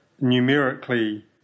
numerically